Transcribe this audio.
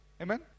Amen